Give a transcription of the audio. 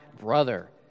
brother